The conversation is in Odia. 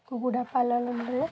କୁକୁଡ଼ା ପାଳନରେ